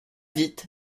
vite